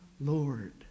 Lord